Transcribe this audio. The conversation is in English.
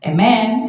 Amen